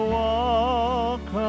walk